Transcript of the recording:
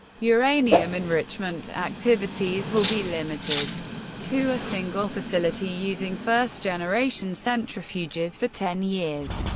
uranium-enrichment activities will be limited to a single facility using first-generation centrifuges for ten years.